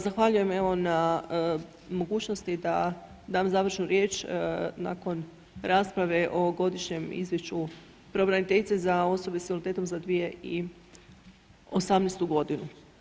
Zahvaljujem, evo na mogućnosti da dam završnu riječ nakon rasprave o Godišnjem izvješću Pravobraniteljice za osobe s invaliditetom za 2018. godinu.